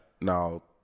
Now